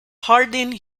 hardin